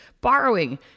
borrowing